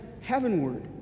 heavenward